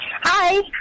Hi